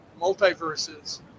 multiverses